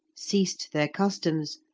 ceased their customs,